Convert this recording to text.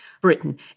Britain